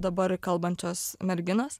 dabar kalbančios merginos